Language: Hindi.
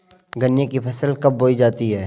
गन्ने की फसल कब बोई जाती है?